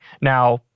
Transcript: Now